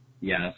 Yes